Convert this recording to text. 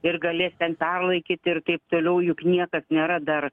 ir galės ten perlaikyti ir taip toliau juk niekas nėra dar